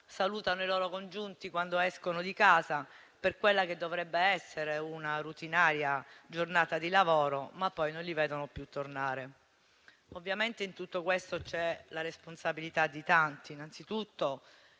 Salutano i loro congiunti quando escono di casa per quella che dovrebbe essere una routinaria giornata di lavoro, ma poi non li vedono più tornare. Ovviamente in tutto questo c'è la responsabilità di tanti, innanzitutto